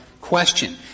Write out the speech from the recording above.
question